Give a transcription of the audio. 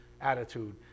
attitude